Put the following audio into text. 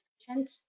efficient